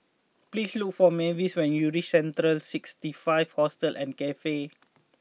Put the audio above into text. please look for Mavis when you reach Central sixty five Hostel and Cafe